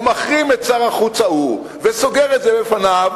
או מחרים את שר החוץ ההוא וסוגר את זה בפניו,